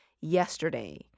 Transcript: yesterday